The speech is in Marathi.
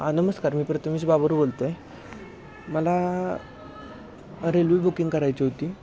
हां नमस्कार मी प्रथमेश बाबर बोलतोय मला रेल्वे बुकिंग करायची होती